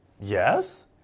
yes